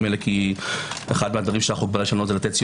האלה כי אחד הדברים שאנו באים לשנות זה לתת סיוע